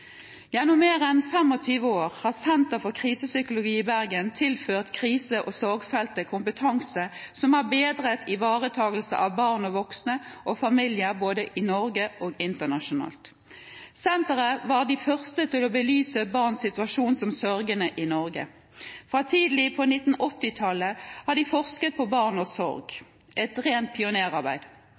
Gjennom mer enn 25 år har Senter for Krisepsykologi i Bergen tilført krise- og sorgfeltet kompetanse som har bedret ivaretakelsen av barn, voksne og familier både i Norge og internasjonalt. Senteret var de første til å belyse barns situasjon som sørgende i Norge. Fra tidlig på 1980-tallet har de forsket på barn og sorg – et rent pionerarbeid.